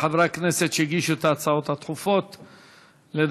כמה חברי כנסת הגישו הצעה דחופה לסדר-היום: